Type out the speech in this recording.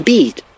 Beat